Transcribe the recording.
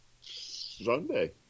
Sunday